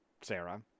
sarah